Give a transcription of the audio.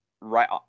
right